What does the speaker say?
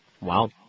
Wow